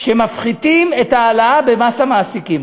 החלטה שמפחיתים את ההעלאה במס המעסיקים.